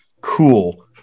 cool